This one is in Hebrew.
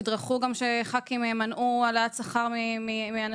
האוצר תדרכו גם שחברי כנסת מנעו העלאת שכר מאנשים,